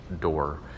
door